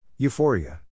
Euphoria